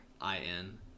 I-N